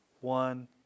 one